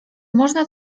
można